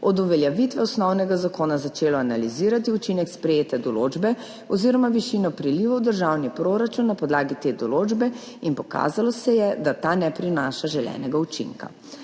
od uveljavitve osnovnega zakona začelo analizirati učinek sprejete določbe oziroma višino prilivov v državni proračun na podlagi te določbe in pokazalo se je, da ta ne prinaša želenega učinka.